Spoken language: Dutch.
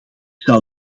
zou